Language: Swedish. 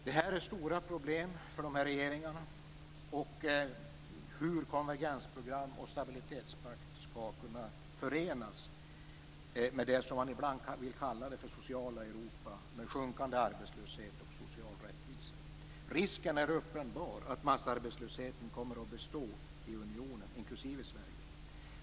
De stora problemen för dessa regeringar är hur konvergensprogram och stabilitetspakt skall kunna förenas med det som man ibland kallar det sociala Europa med sjunkande arbetslöshet och social rättvisa. Risken är uppenbar att massarbetslösheten kommer att bestå i unionen, inklusive Sverige.